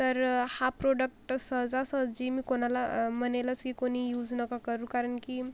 तर हा प्रोडक्ट सहजासहजी मी कोणाला म्हणेलंस की कोणी यूज नका करू कारण की